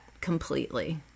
completely